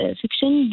fiction